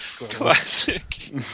Classic